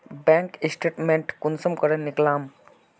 Bank statement कुंसम करे निकलाम?